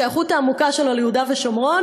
בשייכות העמוקה שלו ליהודה ושומרון.